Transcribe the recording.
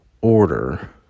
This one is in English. order